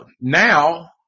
now